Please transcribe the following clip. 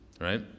right